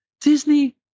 Disney